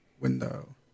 window